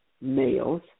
males